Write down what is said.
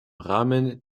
rahmen